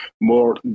more